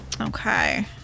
okay